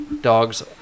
dogs